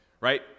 Right